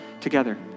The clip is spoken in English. together